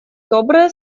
добрые